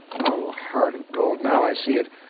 oh, heart of gold, now i see it!